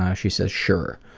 ah she says, sure.